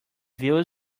view